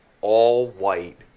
all-white